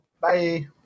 bye